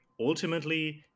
ultimately